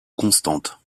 constantes